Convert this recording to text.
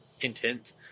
intent